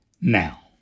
now